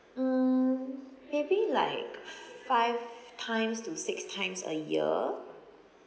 mm maybe like f~ five times to six times a year